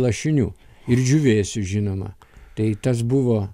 lašinių ir džiūvėsių žinoma tai tas buvo